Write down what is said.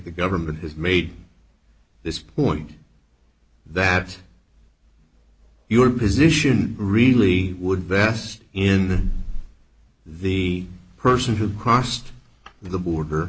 the government has made this point that your position really would best in the person who crossed the border